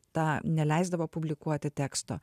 tą neleisdavo publikuoti teksto